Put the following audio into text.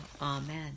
Amen